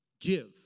give